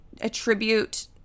attribute